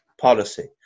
policy